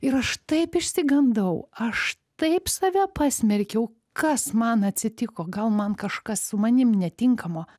ir aš taip išsigandau aš taip save pasmerkiau kas man atsitiko gal man kažkas su manim netinkamo